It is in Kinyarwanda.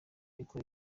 ikora